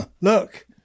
Look